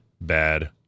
bad